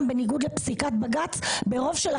בניגוד לפסיקת בג"צ ברוב של 11 שופטים.